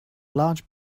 large